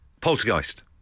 Poltergeist